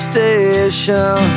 Station